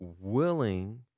willing